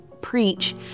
preach